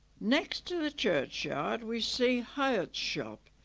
next to the churchyard we see hiatt's shop.